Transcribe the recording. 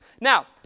now